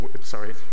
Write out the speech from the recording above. sorry